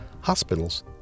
hospitals